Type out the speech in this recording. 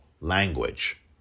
language